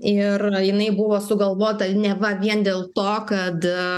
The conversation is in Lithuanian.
ir jinai buvo sugalvota neva vien dėl to kad